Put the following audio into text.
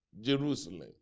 Jerusalem